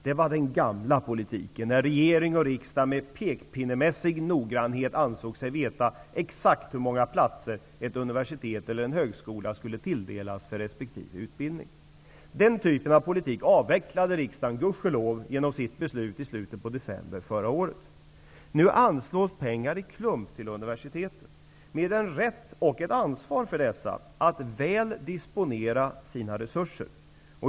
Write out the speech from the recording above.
Det var den gamla politiken, då regering och riksdag med pekpinnemässig noggrannhet räknade och ansåg sig veta exakt hur många platser ett universitet eller en högskola skulle tilldelas för resp. utbildning. Den typen av politik avvecklade riksdagen gudskelov genom sitt beslut i december förra året. Nu anslås pengar i klump till universiteten med en rätt och ett ansvar för dessa att väl disponera sina resurser.